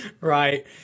Right